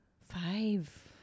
Five